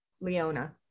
Leona